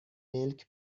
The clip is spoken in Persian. ملک